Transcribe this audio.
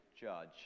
judge